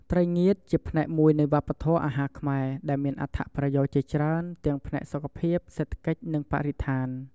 ត្រីងៀតជាផ្នែកមួយនៃវប្បធម៌អាហារខ្មែរ ដែលមានអត្ថប្រយោជន៍ជាច្រើនទាំងផ្នែកសុខភាព សេដ្ឋកិច្ច និងបរិស្ថាន។